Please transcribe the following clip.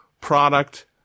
product